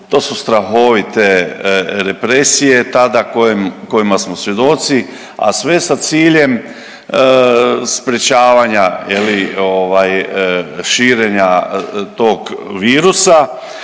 To su strahovite represije tada koje, kojima smo svjedoci, a sve sa ciljem sprječavanja je li ovaj širenja tog virusa